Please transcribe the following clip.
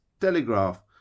telegraph